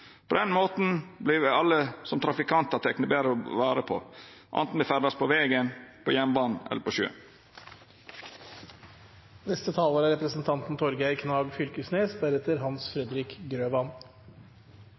På den måten vert me alle som trafikantar tekne betre vare på, anten me ferdast på vegen, på jernbanen eller på